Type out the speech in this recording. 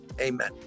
Amen